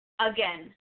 Again